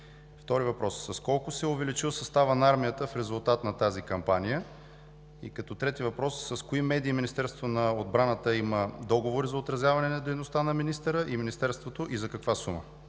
получили; с колко се е увеличил съставът на армията в резултат на тази кампания; с кои медии Министерството на отбраната има договори за отразяване на дейността на министъра и Министерството и за каква сума?